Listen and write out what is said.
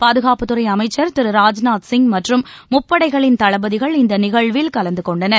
பாதுகாப்புத்துறை அமைச்சர் திரு ராஜ்நாத் சிங் மற்றம் முப்படைகளின் தளபதிகள் இந்த நிகழ்வில் கலந்துகொண்டனர்